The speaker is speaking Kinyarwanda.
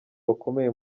bakomeye